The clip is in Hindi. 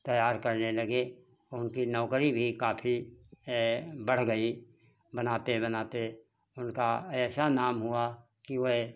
तैयार करने लगे उनकी नौकरी भी काफ़ी बढ़ गई बनाते बनाते उनका ऐसा नाम हुआ कि वह